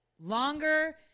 longer